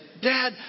Dad